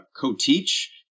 co-teach